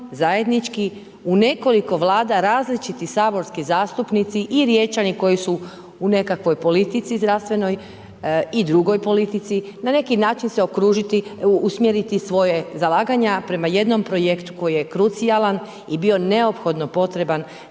zajednički u nekoliko vlada, različiti saborski zastupnici i Riječani koji su u nekakvoj politici zdravstvenoj zdravstvenoj i drugoj politici, na neki način se okružiti usmjeriti svoje zalaganje, prema jednom projektu koji je krucionalan i bio neophodno potreban